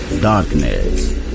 Darkness